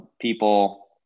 people